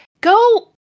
go